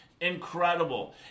incredible